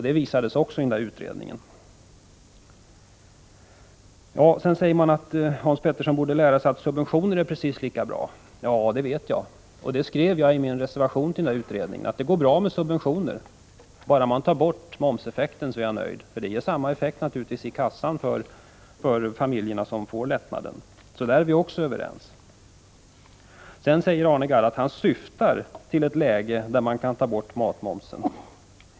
Det visades också i utredningen som jag nämnde. Hans Petersson borde lära sig att subventioner är precis lika bra, heter det vidare. Ja, det vet jag, och jag skrev i min reservation till utredningsbetänkandet att det går bra med subventioner. Bara man tar bort momseffekten, är jag nöjd. Det ger naturligtvis samma effekt i kassan för familjerna som får lättnaden. Så där är vi också överens. Arne Gadd säger att han syftar till ett läge där man kan ta bort matmomsen.